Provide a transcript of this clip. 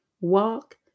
walk